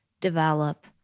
develop